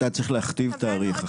אתה צריך להכתיב תאריך,